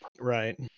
right